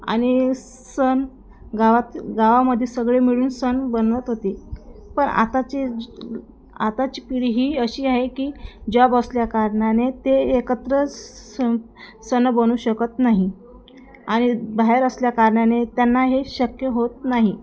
आणि सण गावात गावामध्ये सगळे मिळून सण मनवत होते पण आताची आताची पिढी ही अशी आहे की जॉब असल्याकारणाने ते एकत्र स सण मनवू शकत नाही आणि बाहेर असल्याकारणाने त्यांना हे शक्य होत नाही